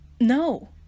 No